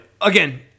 again